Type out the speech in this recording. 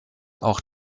auch